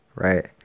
Right